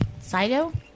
Sido